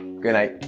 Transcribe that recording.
good night.